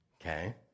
Okay